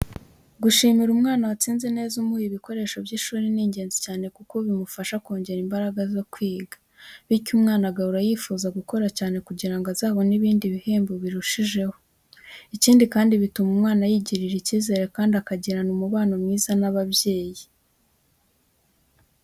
Gushimira umwana watsinze neza umuha ibikoresho by’ishuri , ni ingenzi cyane kuko bimufasha kongera imbaraga zo kwiga, bityo umwana agahora yifuza gukora cyane kugira ngo azabone ibindi bihembo birushijeho. Ikindi kandi bituma umwana yigirira icyizere kandi akagirana umubano mwiza n’ababyeyi.